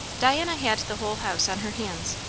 diana had the whole house on her hands,